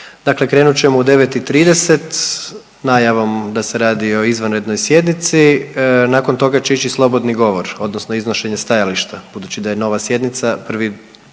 Dakle, krenut ćemo u 9,30 sa najavom da se radi o izvanrednoj sjednici. Nakon toga će ići slobodni govor, odnosno iznošenje stajališta budući da je nova sjednica. Prvi,